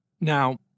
Now